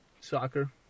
soccer